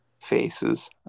faces